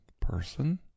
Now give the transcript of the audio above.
person